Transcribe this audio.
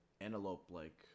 antelope-like